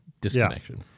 disconnection